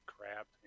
Crap